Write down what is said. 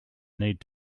need